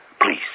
Please